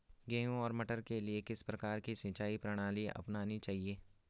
गेहूँ और मटर के लिए किस प्रकार की सिंचाई प्रणाली अपनानी चाहिये?